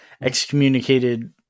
excommunicated